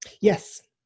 Yes